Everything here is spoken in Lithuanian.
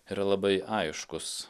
yra labai aiškus